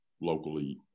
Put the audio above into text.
locally